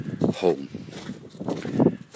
home